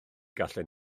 gallwn